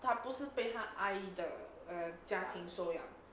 他不是被他阿姨的家庭收养